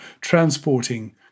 transporting